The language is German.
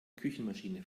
küchenmaschine